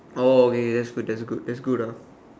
oh okay okay that's good that's good that's good ah